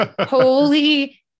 Holy